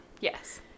yes